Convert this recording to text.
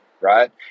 right